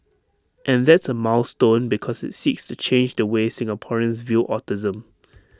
and that's A milestone because IT seeks to change the way Singaporeans view autism